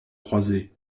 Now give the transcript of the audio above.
croiser